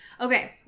okay